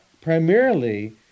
primarily